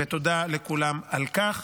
תודה לכולם על כך.